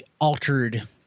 altered